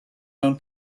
mewn